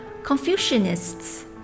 Confucianists